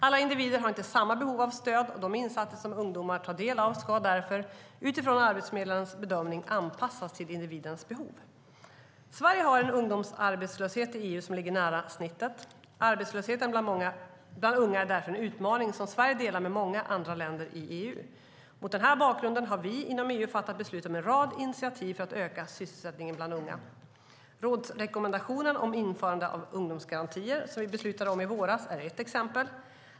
Alla individer har inte samma behov av stöd, och de insatser som ungdomar tar del av ska därför, utifrån arbetsförmedlarens bedömning, anpassas till individens behov. Sverige har en ungdomsarbetslöshet i EU som ligger nära snittet. Arbetslösheten bland unga är därför en utmaning som Sverige delar med många andra länder i EU. Mot den här bakgrunden har vi inom EU fattat beslut om en rad initiativ för att öka sysselsättningen bland unga. Rådsrekommendationen om införande av ungdomsgarantier, som vi beslutade om i våras, är ett exempel.